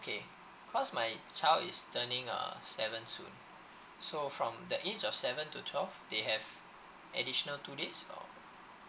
okay cause my child is turning uh seven soon so from the age of seven to twelve they have additional two days or